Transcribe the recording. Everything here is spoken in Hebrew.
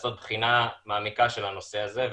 לעשות בחינה מעמיקה של הנושא הזה,